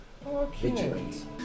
vigilant